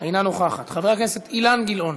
אינה נוכחת, חבר הכנסת אילן גילאון